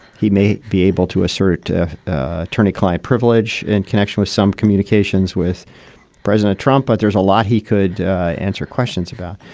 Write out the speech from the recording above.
he may be able to assert attorney client privilege in connection with some communications with president trump, but there's a lot he could answer questions about.